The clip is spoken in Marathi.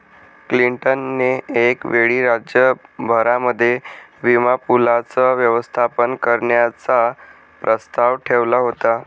क्लिंटन ने एक वेळी राज्य भरामध्ये विमा पूलाचं व्यवस्थापन करण्याचा प्रस्ताव ठेवला होता